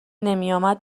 نمیآمد